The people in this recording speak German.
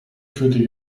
führte